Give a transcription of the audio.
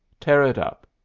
tear it up.